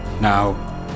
Now